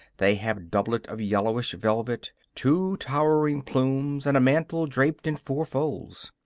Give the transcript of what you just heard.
they have doublet of yellowish velvet, two towering plumes and a mantle draped in four folds.